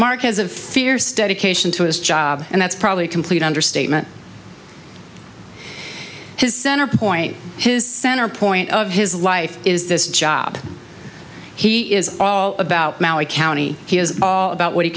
mark as a fierce dedication to his job and that's probably a complete understatement his center point his center point of his life is this job he is all about county he is all about what he